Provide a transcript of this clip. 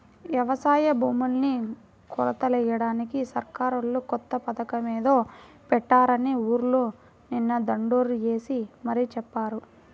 యవసాయ భూముల్ని కొలతలెయ్యడానికి సర్కారోళ్ళు కొత్త పథకమేదో పెట్టారని ఊర్లో నిన్న దండోరా యేసి మరీ చెప్పారు